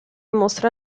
mostra